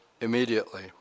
immediately